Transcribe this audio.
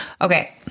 Okay